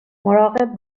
مراقب